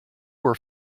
were